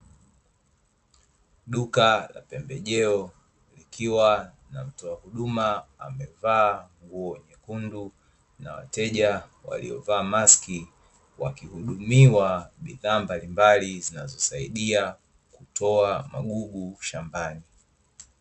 Duka la pembejeo likiwa na mtoa huduma amevaa nguo nyekundu, na wateja waliovaa maski wakihudumiwa bidhaa mbalimbali, zinazosaidia kutoa magugu shambani.